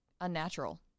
unnatural